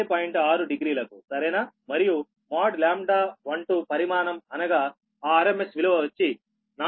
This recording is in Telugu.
6 డిగ్రీ లకు సరేనా మరియు | λ12| పరిమాణం అనగా ఆ RMS విలువ వచ్చి 4